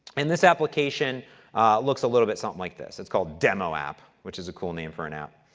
and this application looks a little bit something like this. it's called demo app, which is a cool name for an app.